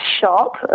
shop